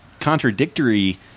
contradictory